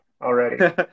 already